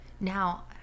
Now